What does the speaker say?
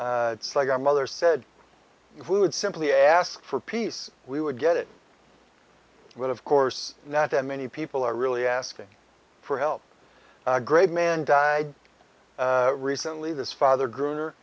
day it's like our mother said if we would simply ask for peace we would get it but of course not that many people are really asking for help a great man died recently this father gr